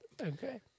Okay